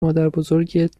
مادربزرگت